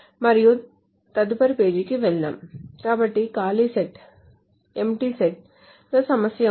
మరియు తదుపరి పేజీకి వెళ్దాం కాబట్టి ఖాళీ సెట్ లో సమస్య ఉంది